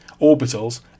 orbitals